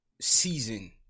season